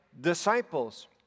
disciples